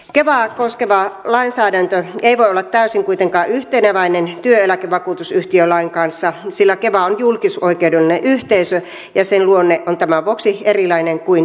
kevaa koskeva lainsäädäntö ei voi olla kuitenkaan täysin yhteneväinen työeläkevakuutusyhtiölain kanssa sillä keva on julkisoikeudellinen yhteisö ja sen luonne on tämän vuoksi erilainen kuin työeläkevakuutusyhtiöillä